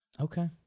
Okay